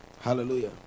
Hallelujah